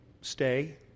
stay